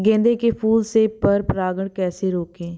गेंदे के फूल से पर परागण कैसे रोकें?